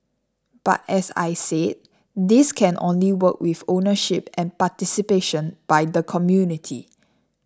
but as I said this can only work with ownership and participation by the community